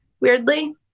weirdly